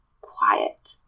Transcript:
Quiet